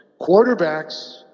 quarterbacks